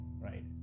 right